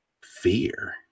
fear